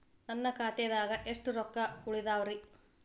ನನ್ನ ಖಾತೆದಾಗ ಎಷ್ಟ ರೊಕ್ಕಾ ಉಳದಾವ್ರಿ?